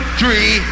three